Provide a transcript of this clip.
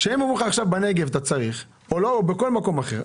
כשהם אומרים לך שעכשיו בנגב אתה צריך או בכל מקום אחר,